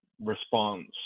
response